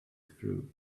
through